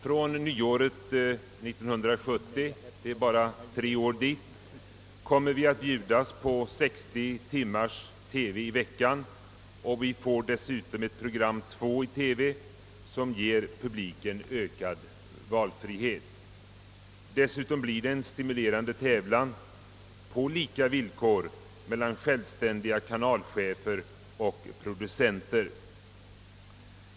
Från nyåret 1970 — det är bara tre år dit — kommer vi att bjudas på 60 timmars TV i veckan, och vi får dessutom i TV ett program 2 som ger publiken ökad valfrihet. Det blir också en stimulerande tävlan på lika villkor mellan självständiga kanalchefer och producenter.